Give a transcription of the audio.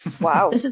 wow